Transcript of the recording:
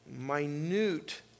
minute